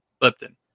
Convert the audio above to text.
Lipton